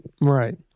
Right